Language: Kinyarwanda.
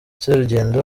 serugendo